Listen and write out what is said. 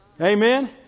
Amen